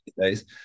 Days